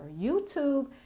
YouTube